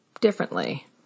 differently